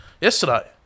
Yesterday